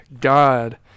God